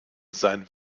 sein